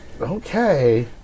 Okay